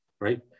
right